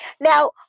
Now